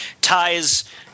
ties